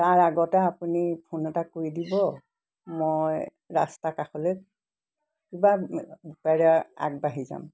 তাৰ আগতে আপুনি ফোন এটা কৰি দিব মই ৰাস্তা কাষলৈ কিবা বোকেৰে আগবাঢ়ি যাম